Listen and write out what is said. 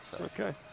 Okay